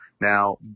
Now